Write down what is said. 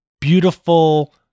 beautiful